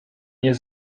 nie